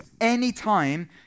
Anytime